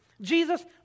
Jesus